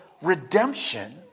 Redemption